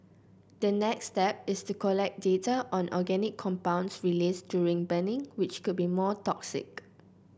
the next step is to collect data on organic compounds released during burning which could be more toxic